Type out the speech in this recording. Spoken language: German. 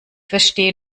verstehe